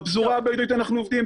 בפזורה הבדואית אנחנו עובדים,